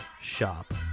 shop